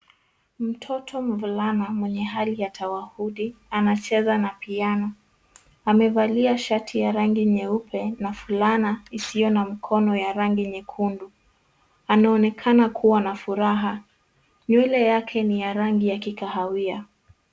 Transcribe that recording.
Mtoto mvulana mwenye hali ya tawahudi anacheza na piano, amevalia shati ya rangi nyeupe na fulana isiyo na mkono ya rangi nyekundu, anaonekana kua na furaha nywele yake ni ya rangi ya kikahawia.